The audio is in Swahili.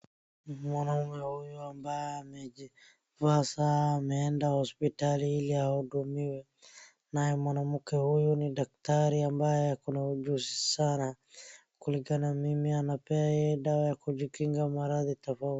Mwanaume huyu ambaye amejivaa saa, ameenda hospitali ili ahudumiwe, naye mwanamke huyu ni daktari ambaye ako na ujuzi sana, kulingana na mimi anapea yeye dawa ya kujikinga maradhi tofauti.